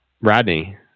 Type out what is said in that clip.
Rodney